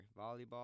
volleyball